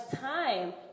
time